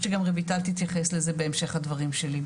שגם רויטל תתייחס לזה בהמשך הדברים שלי.